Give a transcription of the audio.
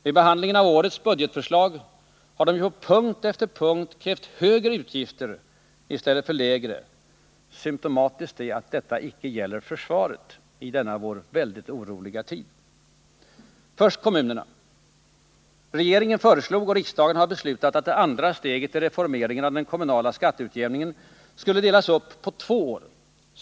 Vid behandlingen av årets budgetförslag har socialdemokraterna på punkt efter punkt krävt högre utgifter i stället för lägre. Symtomatiskt är att detta inte gäller försvaret i denna väldigt oroliga tid. Först kommunerna. Regeringen föreslog och riksdagen beslöt att andra steget i reformeringen av den kommunala skatteutjämningen skulle delas upp på två år.